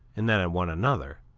and then at one another,